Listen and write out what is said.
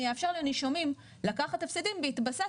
אני אאפשר לנישומים לקחת הפסדים בהתבסס